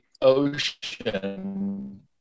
ocean